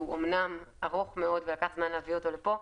שהוא אומנם ארוך מאוד ולקח זמן להביא אותו לפה,